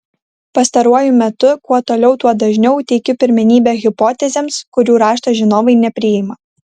pastaruoju metu kuo toliau tuo dažniau teikiu pirmenybę hipotezėms kurių rašto žinovai nepriima